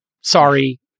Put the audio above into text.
Sorry